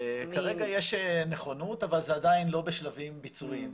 כרגע יש נכונות אבל זה עדיין לא בשלבים ביצועיים.